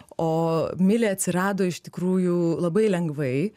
o milė atsirado iš tikrųjų labai lengvai